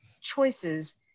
choices